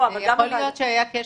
יכול להיות שהיה כשל.